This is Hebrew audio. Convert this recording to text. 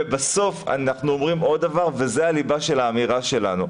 בסוף אנחנו אומרים עוד דבר וזו הליבה של האמירה שלנו.